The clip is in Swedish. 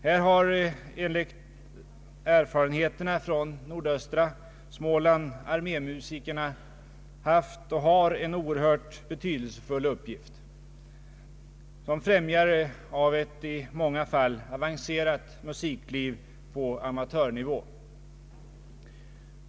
Här har enligt erfarenheterna från nordöstra Småland armémusikerna haft och har en oerhört betydelsefull uppgift som främjare av ett i många fall avancerat musikliv på amatörnivå.